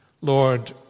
Lord